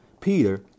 Peter